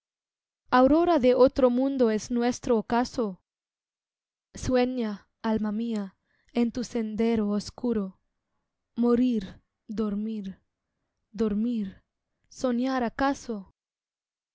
aurora de otro mundo es nuestro ocaso sueña alma mía en tu sendero oscuro morir dormir dormir soñar acaso